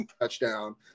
touchdown